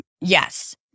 Yes